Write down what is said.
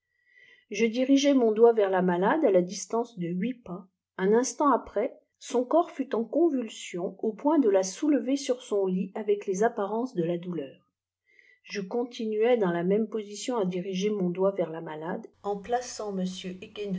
je dirigeai mon doigt vers la pialàde àu distance de huit pas un inslaiit après àori corps fut en convulsion au point de la soulever sur son lit avec les apparences de la douleur je continuai dans la même posilion à diriger mou doigt vers la malade en plaçant